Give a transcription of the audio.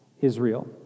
Israel